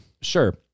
Sure